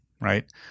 right